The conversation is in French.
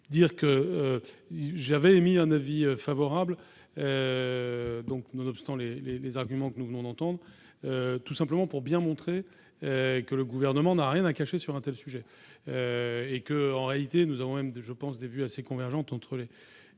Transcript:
dire que j'avais émis un avis favorable donc, nonobstant les, les, les arguments que nous venons d'entendre tout simplement pour bien montrer que le gouvernement n'a rien à cacher sur un tas de sujets et que, en réalité, nous avons même de je pense des vues assez convergentes entre les